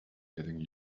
getting